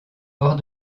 hors